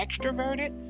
extroverted